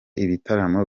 ibitaramo